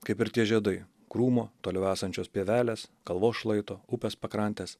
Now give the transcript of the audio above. kaip ir tie žiedai krūmo toliau esančios pievelės kalvos šlaito upės pakrantės